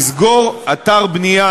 לסגור אתר בנייה,